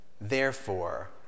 Therefore